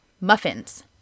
muffins